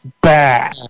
bad